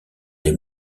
les